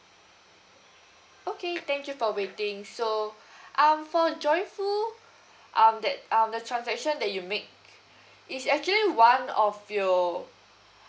okay thank you for waiting so um for joyful um that um the transaction that you make is actually one of your